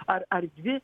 ar ar dvi